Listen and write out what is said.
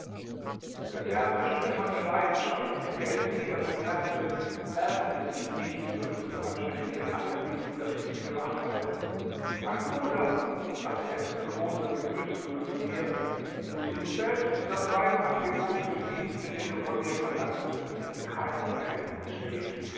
der derwisch der meine leidenschaftliche geldgier merkte ärgerte sich nicht über das unanständige anerbieten das ich ihm gemacht hatte mein bruder sagte er mit großer gemütsruhe zu mir du siehst selbst daß dein angebot zu dem dienste den du von mir verlangst in keinem verhältnis steht